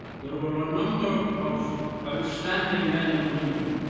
there were a number of outstanding men and women,